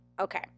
Okay